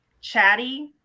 chatty